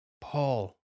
Paul